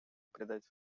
придать